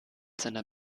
seiner